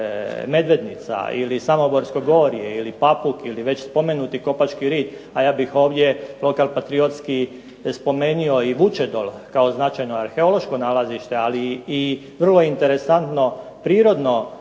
Medvednica ili Samoborsko gorje ili Papuk ili već spomenuti Kopački rit, a ja bih ovdje lokal patriotski spomenuo i Vučedol kao znamenito arheološko nalazište, ali vrlo interesantno prirodno područje